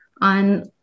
on